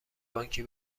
بانکی